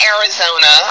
Arizona